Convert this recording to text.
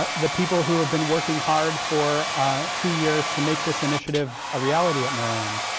ah the people who have been working hard for two years to make this initiative a reality at maryland,